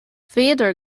bhíodar